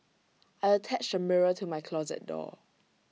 I attached A mirror to my closet door